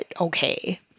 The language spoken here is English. okay